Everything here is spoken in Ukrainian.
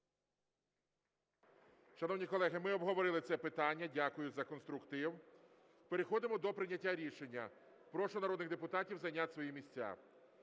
Шановні колеги, ми обговорили це питання. Дякую за конструктив. Переходимо до прийняття рішення. Прошу народних депутатів зайняти свої місця.